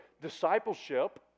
discipleship